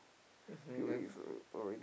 mmhmm then